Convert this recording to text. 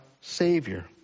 Savior